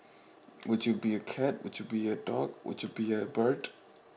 would you be a cat would be a dog would you be a bird